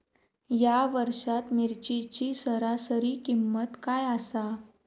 या वर्षात मिरचीची सरासरी किंमत काय आसा?